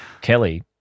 Kelly